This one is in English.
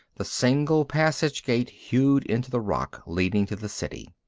the single passage-gate hewn into the rock, leading to the city.